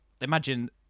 imagine